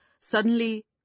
suddenly